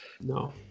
no